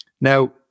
Now